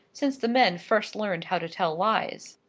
since the men first learned how to tell lies.